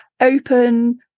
open